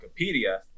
Wikipedia